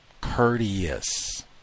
Courteous